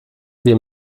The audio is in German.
wir